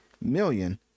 million